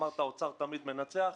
אמרת שהאוצר תמיד מנצח.